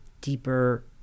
deeper